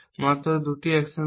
মাত্র 2টি অ্যাকশন আছে